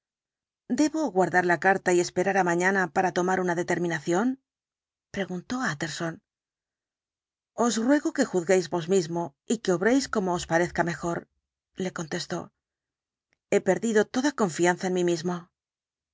debo guardar la carta y esperar á mañana para tomar una determinación preguntó utterson os ruego que juzguéis vos mismo y que obréis como os parezca mejor le contestó he perdido toda confianza en mí mismo